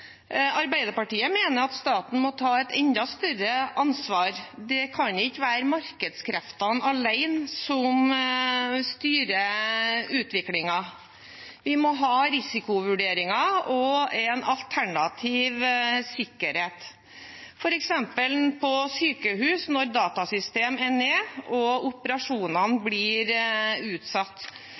Arbeiderpartiet mener at staten må ta et enda større ansvar. Det kan ikke være markedskreftene alene som styrer utviklingen. Vi må ha risikovurderinger og en alternativ sikkerhet. Når f.eks. datasystemet i et sykehus er nede og operasjonene blir utsatt,